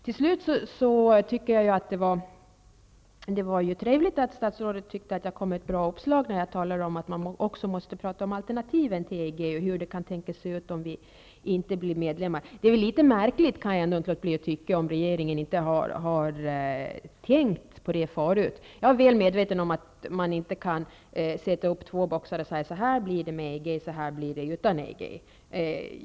Till slut vill jag säga att jag tycker att det var trevligt att statsrådet ansåg att jag kom med ett bra uppslag när jag talade om att man också måste tala om alternativen till EG och hur det kan tänkas se ut om vi inte blir medlemmar. Men jag kan inte låta bli att tycka att det är litet märkligt om regeringen inte förut har tänkt på det. Jag är väl medveten om att man inte kan sätta upp två boxar och säga: Så här blir det med EG, och så här blir det utan EG.